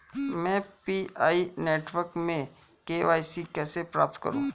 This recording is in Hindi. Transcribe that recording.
मैं पी.आई नेटवर्क में के.वाई.सी कैसे प्राप्त करूँ?